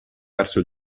verso